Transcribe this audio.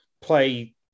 play